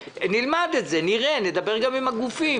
נלמד את זה, נראה, נדבר גם עם הגופים.